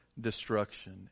destruction